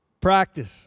practice